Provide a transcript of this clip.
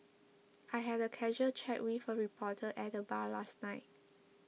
I had a casual chat with a reporter at the bar last night